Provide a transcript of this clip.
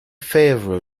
favour